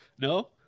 No